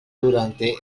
durante